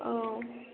औ